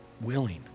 willing